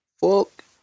folk